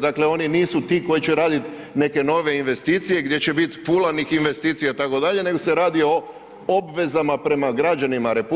Dakle oni nisu ti koji će raditi neke nove investicije, gdje će biti fulanih investicija itd. nego se radi o obvezama prema građanima RH